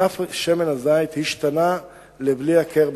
בשנים האחרונות ענף שמן הזית השתנה לבלי הכר,